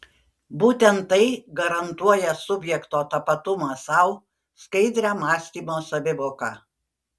būtent tai garantuoja subjekto tapatumą sau skaidrią mąstymo savivoką